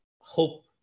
hope